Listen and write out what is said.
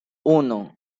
uno